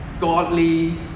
godly